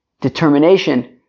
determination